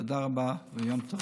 תודה רבה ויום טוב.